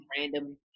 random